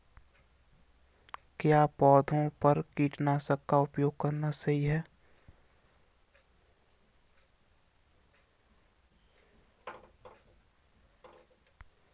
क्या पौधों पर कीटनाशक का उपयोग करना सही है?